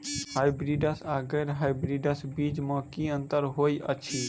Hybrids आ गैर hybrids बीज म की अंतर होइ अछि?